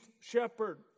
shepherd